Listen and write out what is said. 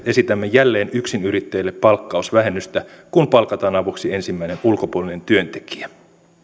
esitämme jälleen yksinyrittäjille palkkausvähennystä kun palkataan avuksi ensimmäinen ulkopuolinen työntekijä